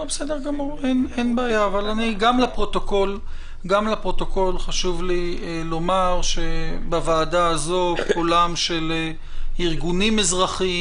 גם לפרוטוקול חשוב לי לומר שבוועדה הזאת קולם של ארגונים אזרחיים,